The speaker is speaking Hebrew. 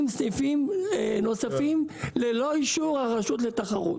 סניפים נוספים ללא אישור הרשות לתחרות.